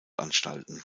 anstalten